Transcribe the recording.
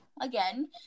again